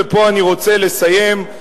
ובו אני רוצה לסיים,